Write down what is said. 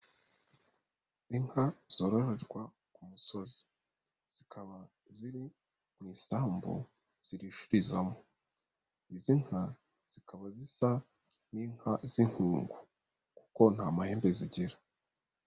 Inka zoroherwa ku musozi, zikaba ziri mu isambu zirishirizamo, izi nka zikaba zisa n'inka z'inkungu kuko nta mahembe zigira.